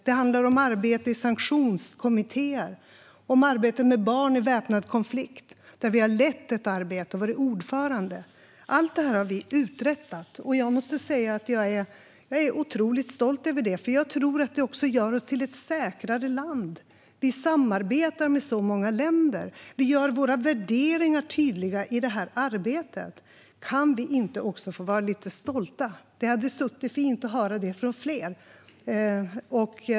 Det handlar om arbete i sanktionskommittéer. Det handlar om arbete med barn i väpnad konflikt, där vi har lett ett arbete och varit ordförande. Allt detta har vi uträttat. Jag måste säga att jag är otroligt stolt över det, för jag tror att det också gör oss till ett säkrare land. Vi samarbetar med så många länder. Vi gör våra värderingar tydliga i det här arbetet. Kan vi inte också få vara lite stolta? Det hade suttit fint att höra det från fler.